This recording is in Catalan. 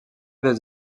des